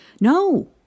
no